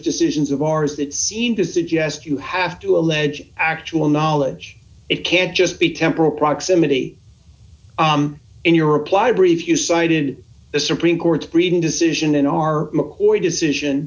decisions of ours that seem to suggest you have to allege actual knowledge it can't just be temporal proximity in your reply brief you cited the supreme court's breeding decision in our mccoy decision